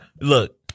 look